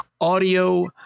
audio